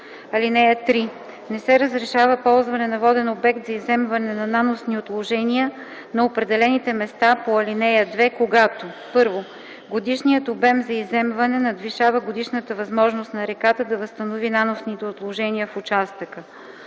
т. 1а. (3) Не се разрешава ползване на воден обект за изземване на наносни отложения на определените места по ал. 2, когато: 1. годишният обем за изземване надвишава годишната възможност на реката да възстанови наносните отложения в участъка;